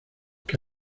que